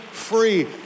Free